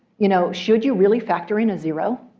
you know should you really factor in a zero?